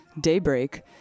Daybreak